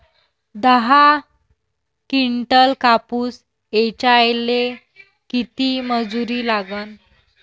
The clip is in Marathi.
दहा किंटल कापूस ऐचायले किती मजूरी लागन?